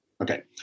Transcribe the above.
Okay